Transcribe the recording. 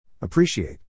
Appreciate